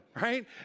right